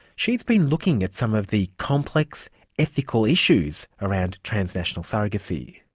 she's been looking at some of the complex ethical issues around transnational surrogacy.